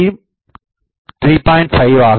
5 ஆகும்